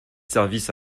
services